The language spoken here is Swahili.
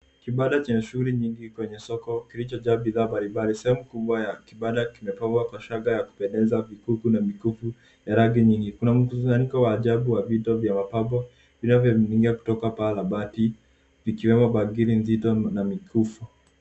Kibanda chenye shughuli nyingi kwenye soko kilichojaa bidhaa mbalimbali. Sehemu kubwa ya kibanda kimepangwa kwa shanga ya kupendeza, vikuku na mikufu ya rangi nyingi. Kuna mkusanyiko wa ajabu wa vito vya mapambo vinavyoning'inia kutoka paa la bati vikiwemo bangili nzito na mikufu.